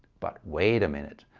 but wait a minute,